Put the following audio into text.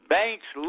banks